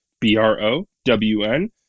B-R-O-W-N